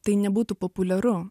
tai nebūtų populiaru